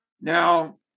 Now